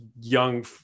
young